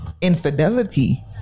infidelity